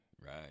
right